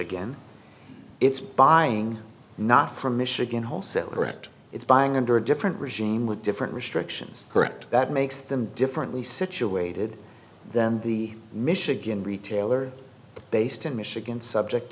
michigan it's buying not from michigan wholesaler at it's buying under a different regime with different restrictions correct that makes them differently situated than the michigan retailer based in michigan subject